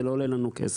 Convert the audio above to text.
זה לא עולה לנו כסף.